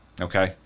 okay